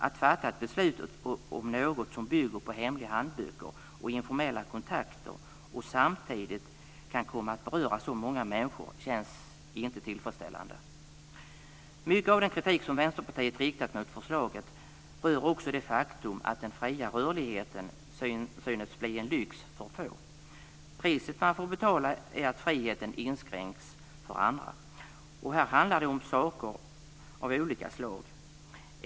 Att fatta ett beslut om något som bygger på hemliga handböcker och informella kontakter som samtidigt kan komma att beröra så många människor känns inte tillfredsställande. Mycket av den kritik som Vänsterpartiet riktat mot förslaget rör också det faktum att den fria rörligheten synes bli en lyx för få. Priset man får betala är att friheten inskränks för andra. Här handlar det om saker av olika slag.